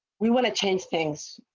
we want to change things.